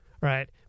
right